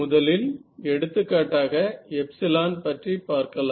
முதலில் எடுத்துக்காட்டாக எப்ஸிலோன் பற்றி பார்க்கலாம்